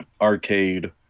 arcade